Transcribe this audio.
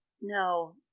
No